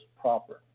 proper